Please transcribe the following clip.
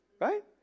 Right